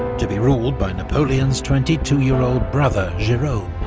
to be ruled by napoleon's twenty two year-old brother jerome,